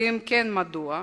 ואם כן, מדוע?